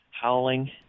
howling